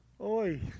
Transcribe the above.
Oi